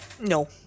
No